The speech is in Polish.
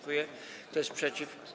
Kto jest przeciw?